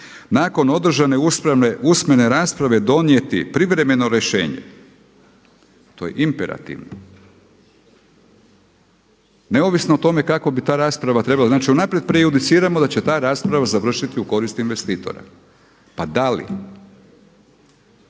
nakon održane usmene rasprave donijeti privremeno rješenje. To je imperativno, neovisno o tome kako bi ta rasprava trebala. Znači unaprijed prejudiciramo da će ta rasprava završiti u korist investitora. Pa da li